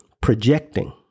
Projecting